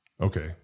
okay